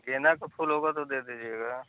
गेंदा का फूल होगा तो दे दिजीएगा